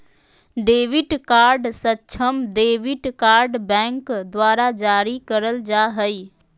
debit card सक्षम debit card bank द्वारा जारी करल जा हइ